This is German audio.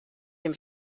dem